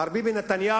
מר ביבי נתניהו